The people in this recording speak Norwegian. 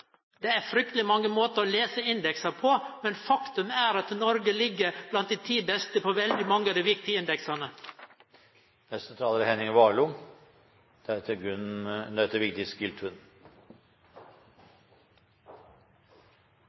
Det er frykteleg mange måtar å lese indeksar på, men faktum er at Noreg ligg blant dei ti beste på veldig mange av dei viktige indeksane. Jeg skal på mange måter fortsette der forrige taler slapp, men det er